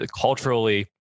culturally